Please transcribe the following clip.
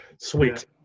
Sweet